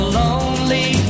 lonely